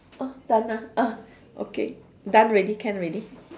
oh done ah ah okay done already can already